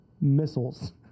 missiles